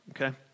okay